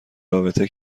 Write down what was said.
رابطه